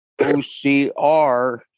OCR